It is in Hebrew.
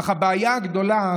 אך הבעיה הגדולה,